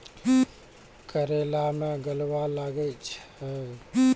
करेला मैं गलवा लागे छ?